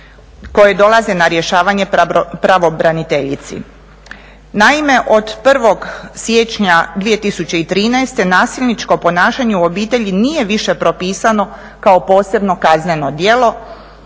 koje dolaze na rješavanje pravobraniteljici. Naime, od 1. siječnja 2013. nasilničko ponašanje u obitelji nije više propisano kao posebno kazneno djelo